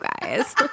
guys